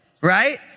right